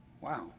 Wow